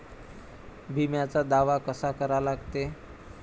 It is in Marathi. बिम्याचा दावा कसा करा लागते?